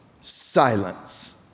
silence